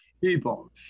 people